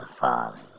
falling